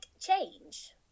change